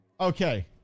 Okay